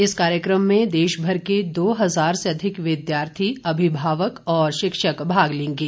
इस कार्यक्रम में देश भर के दो हजार से अधिक विद्यार्थी अमिभावक और शिक्षक भाग लेंगे